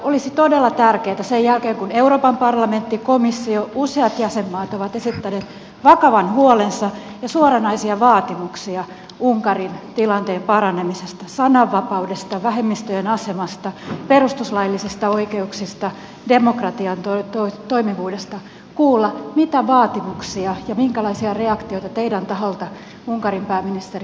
olisi todella tärkeätä sen jälkeen kun euroopan parlamentti komissio useat jäsenmaat ovat esittäneet vakavan huolensa ja suoranaisia vaatimuksia unkarin tilanteen paranemisesta sananvapaudesta vähemmistöjen asemasta perustuslaillisista oikeuksista demokratian toimivuudesta kuulla mitä vaatimuksia ja minkälaisia reaktioita teidän taholta unkarin pääministerin vastaukseen saitte